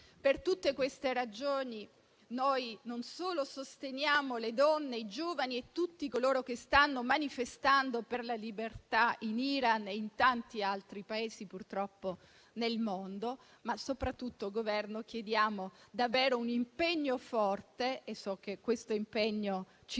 Per tutte queste ragioni, non solo sosteniamo le donne, i giovani e tutti coloro che stanno manifestando per la libertà in Iran e, purtroppo, in tanti altri Paesi nel mondo, ma soprattutto chiediamo al Governo un impegno davvero forte - e so che questo impegno ci